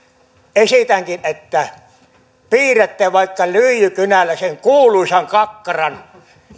esitänkin että piirrätte vaikka lyijykynällä sen kuuluisan kakkaran